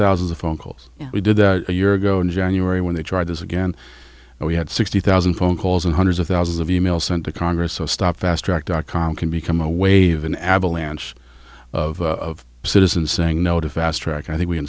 thousands of phone calls we did that a year ago in january when they try this again and we had sixty thousand phone calls and hundreds of thousands of e mails sent to congress so stop fastrack dot com can become a wave an avalanche of citizens saying no to fast track i think we can